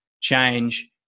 change